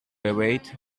evade